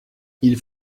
ils